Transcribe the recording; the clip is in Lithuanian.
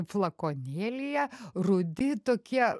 flakonėlyje rudi tokie